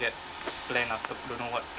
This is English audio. get plan after don't know what